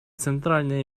центральное